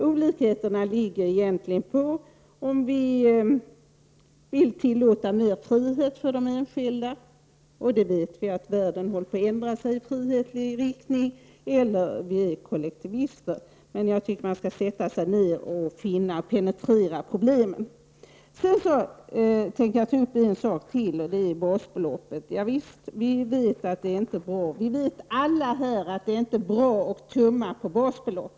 Olikheterna har att göra t.ex. med frågan om huruvida vi skall tillåta större frihet för den enskilde — världen håller ju på att ändrs i det avseendet — eller om vi skall vara kollektivister. Man måste sätta sig ned och penetrera dessa frågor. Så något om basbeloppet. Visst vet vi alla att det inte är bra som det nu är. Det är inte bra att man tummar på basbeloppet.